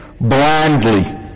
blindly